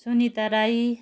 Sunita Rai